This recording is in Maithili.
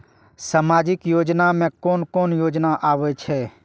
सामाजिक योजना में कोन कोन योजना आबै छै?